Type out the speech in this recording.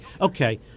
Okay